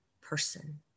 person